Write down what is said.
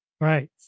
right